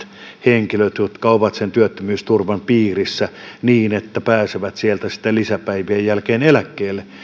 henkilöt jotka ovat sen työttömyysturvan piirissä niin että pääsevät sieltä sitten lisäpäivien jälkeen eläkkeelle